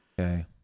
okay